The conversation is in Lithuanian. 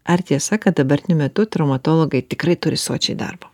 ar tiesa kad dabartiniu metu traumatologai tikrai turi sočiai darbo